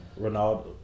Ronaldo